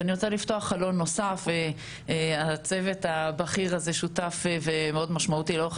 ואני רוצה לפתוח חלון נוסף והצוות הבכיר הזה שותף ומאוד משמעותי לאורך